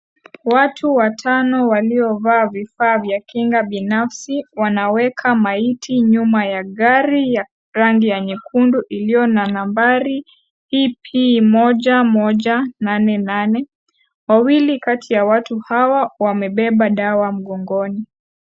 Watu watano waliovaa vifaa vya kinga binafsi wanaweka maiti nyuma ya gari ya rangi ya nyekundu iliyo na nambari EP 1188 wawili kati ya watu hawa wamebeba dawa mgongoni.